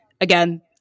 again